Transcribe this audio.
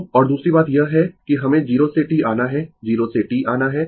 तो और दूसरी बात यह है कि हमें 0 से t आना है 0 से T आना है